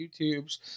YouTubes